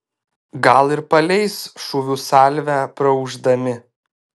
gal ir paleis šūvių salvę praūždami